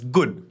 Good।